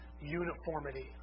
uniformity